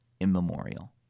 immemorial